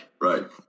Right